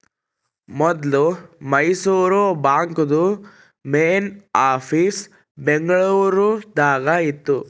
ಮೊದ್ಲು ಮೈಸೂರು ಬಾಂಕ್ದು main office Bengaluru ದಾಗ ಇತ್ತು